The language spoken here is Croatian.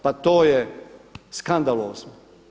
Pa to je skandalozno.